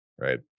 right